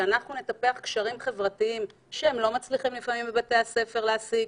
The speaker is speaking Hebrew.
שאנחנו נטפח קשרים חברתיים שהם לא מצליחים לפעמים בבתי הספר להשיג.